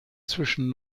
zwischen